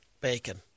bacon